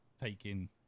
taking